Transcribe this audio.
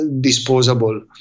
disposable